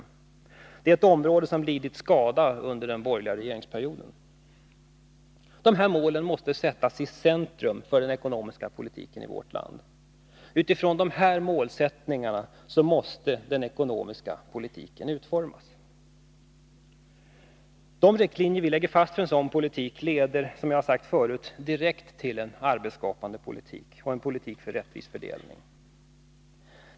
Det rör sig om ett område som lidit skada under den borgerliga regeringsperioden. Dessa mål måste sättas i centrum för den ekonomiska politiken i vårt land. Utifrån dessa målsättningar måste den ekonomiska politiken utformas. De riktlinjer vi lägger fast för en sådan politik leder, som jag sagt förut, till en direkt arbetsskapande politik och en politik för en rättvis fördelning.